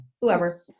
Whoever